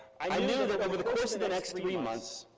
i knew that over the course of the next three months,